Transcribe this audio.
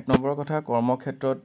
এক নম্বৰ কথা কৰ্মক্ষেত্ৰত